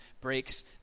breaks